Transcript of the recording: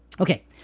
Okay